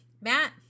Matt